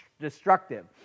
destructive